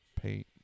paint